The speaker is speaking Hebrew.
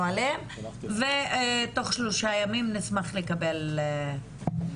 עליהן ותוך שלושה ימים נשמח לקבל דעה.